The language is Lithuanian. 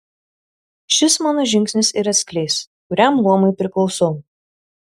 šis mano žingsnis ir atskleis kuriam luomui priklausau